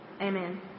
Amen